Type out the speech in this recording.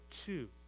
two